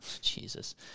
Jesus